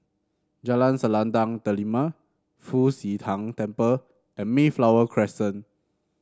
Jalan Selendang Delima Fu Xi Tang Temple and Mayflower Crescent